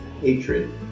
hatred